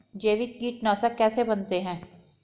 जैविक कीटनाशक कैसे बनाते हैं?